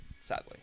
Sadly